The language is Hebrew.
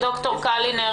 ד"ר קלינר,